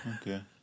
Okay